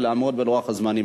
לעמוד בלוח הזמנים.